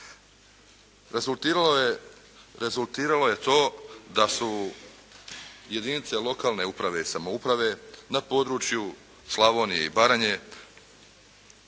Rezultiralo je to da su jedinice lokalne uprave i samouprave na području Slavonije i Baranje